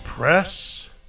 Press